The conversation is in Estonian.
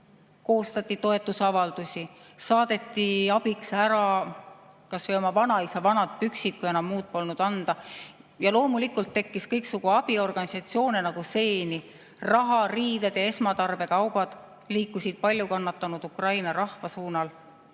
Koostati toetusavaldusi, saadeti abiks ära kas või oma vanaisa vanad püksid, kui enam muud polnud anda. Ja loomulikult tekkis kõiksugu abiorganisatsioone nagu seeni. Raha, riided ja esmatarbekaubad liikusid paljukannatanud Ukraina rahva poole